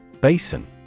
Basin